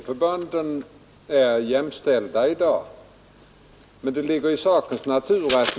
Fru talman! Studieförbunden är i dag jämställda.